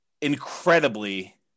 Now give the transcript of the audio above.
incredibly